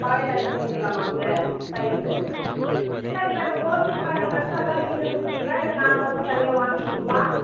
காலையில் அஞ்சு மணிக்கெல்லாமாங்க சார் சரிங்க சார் சார் இப்போ அந்த கோச்சிங்க்கான ட்ரெஸெல்லாம் நீங்களே கொடுப்பீங்களா இல்லை நாங்கள் வந்து தனியாக வாங்கிக்கணுமா